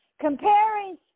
comparing